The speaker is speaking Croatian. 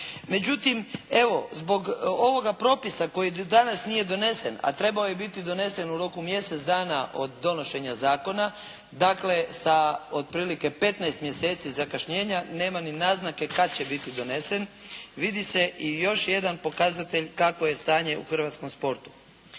Međutim evo zbog ovoga propisa koji do danas nije donesen, a trebao je biti donesen u roku od mjesec dana od donošenja zakona, dakle sa otprilike 15 mjeseci zakašnjenja, nema ni naznake kada će biti donesen. Vidi se i još jedan pokazatelj kakvo je stanje u hrvatskom sportu.